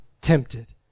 tempted